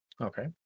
Okay